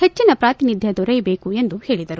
ಹೆಚ್ಚನ ಪ್ರಾತಿನಿಧ್ದೆ ದೊರೆಯಬೇಕು ಎಂದು ಹೇಳದರು